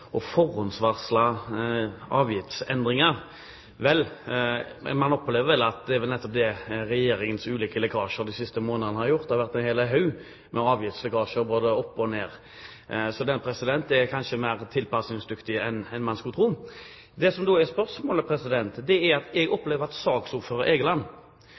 å forhåndsvarsle avgiftsendringer. Vel, man opplever at det er nettopp det Regjeringens ulike lekkasjer de siste månedene har gjort. Det har vært en hel haug med avgiftslekkasjer, at det går både opp og ned. Den er kanskje mer tilpasningsdyktig enn man skulle tro. Så til det som er spørsmålet. Jeg opplever at saksordføreren, Egeland, kommer med en presisering til Stortinget om at det